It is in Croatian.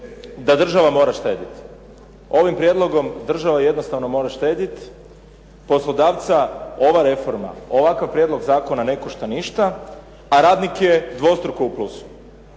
da država mora štediti. Ovim prijedlogom država jednostavno mora štediti. Poslodavca ova reforma, ovakav prijedlog zakona ne košta ništa, a radnik je dvostruko u plusu.